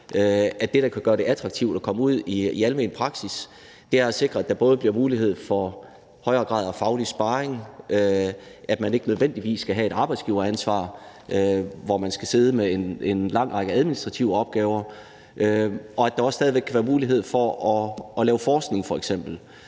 altså det, der kan gøre det attraktivt at komme ud i almen praksis – er at sikre, at der bliver mulighed for en højere grad af faglig sparring, at man ikke nødvendigvis skal have et arbejdsgiveransvar, hvor man skal sidde med en lang række administrative opgaver, og at der også stadig væk kan være mulighed for f.eks. at lave forskning. Derfor synes